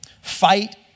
Fight